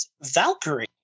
valkyrie